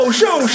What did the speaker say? show